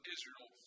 Israel